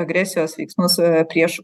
agresijos veiksmus prieš